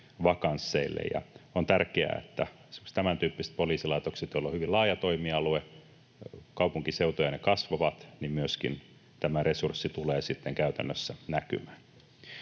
vakansseille. On tärkeää, että esimerkiksi tämäntyyppisillä poliisilaitoksilla — joilla on hyvin laaja toimialue, kaupunkiseutuja, ja ne kasvavat — myöskin tämä resurssi tulee sitten käytännössä näkymään.